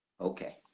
Okay